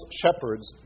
shepherds